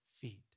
feet